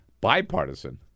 bipartisan